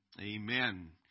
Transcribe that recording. Amen